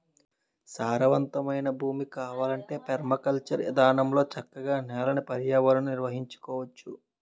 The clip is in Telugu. సారవంతమైన భూమి కావాలంటే పెర్మాకల్చర్ ఇదానంలో చక్కగా నేలని, పర్యావరణాన్ని నిర్వహించుకోవచ్చు